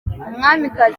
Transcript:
umwamikazi